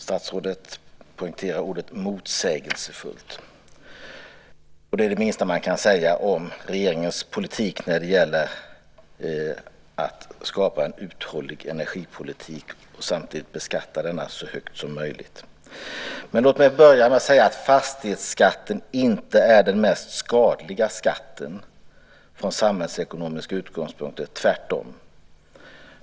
Statsrådet betonade ordet motsägelsefullt, och det är det minsta man kan säga om regeringens politik när det gäller att skapa en uthållig energipolitik samtidigt som man beskattar den så högt som möjligt. Låt mig börja med att säga att fastighetsskatten inte är den mest skadliga skatten från samhällsekonomisk utgångspunkt, tvärtom.